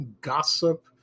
gossip